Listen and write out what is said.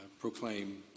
proclaim